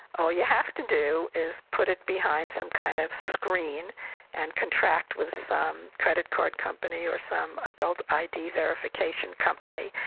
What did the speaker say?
all you have to do is put it behind some kind of screen and contract with and some credit card company or some adult id verification company,